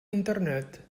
internet